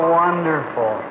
wonderful